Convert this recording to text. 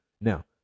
Now